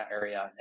area